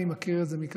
אני מכיר את זה מקרוב.